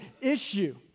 issue